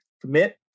commit